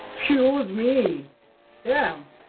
tools me yeah